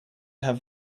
have